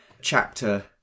chapter